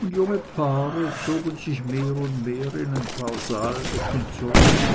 und junge paare zogen sich mehr und mehr in ein paar saalecken zurück